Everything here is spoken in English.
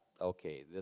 okay